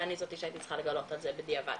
אני זו שהייתי צריכה לגלות את זה בדיעבד,